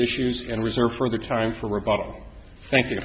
issues and reserve for the time for rebuttal thank you